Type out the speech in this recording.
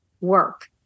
work